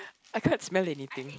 I can't smell anything